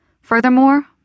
Furthermore